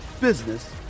business